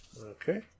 Okay